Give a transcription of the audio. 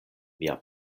mia